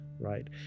right